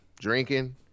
drinking